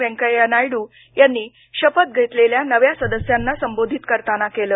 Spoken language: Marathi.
वेंकय्या नायडू यांनी शपथ घेतलेल्या नव्या सदस्यांना संबोधित करताना केलं